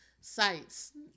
sites